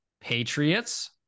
Patriots